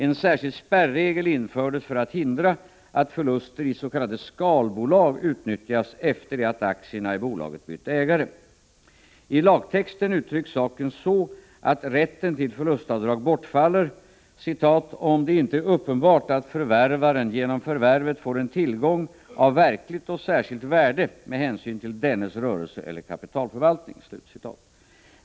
En särskild spärregel infördes för att hindra att förluster i s.k. skalbolag utnyttjas efter det att aktierna i bolaget bytt ägare. I lagtexten uttrycks saken så att rätten till förlustavdrag bortfaller ”om det inte är uppenbart att förvärvaren genom förvärvet får en tillgång av verkligt och särskilt värde med hänsyn till dennes rörelse eller kapitalförvaltning”.